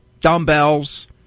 dumbbells